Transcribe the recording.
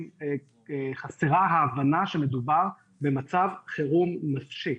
חסרה ההבנה שמדובר במצב חירום נפשי.